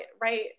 right